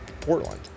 Portland